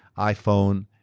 iphone,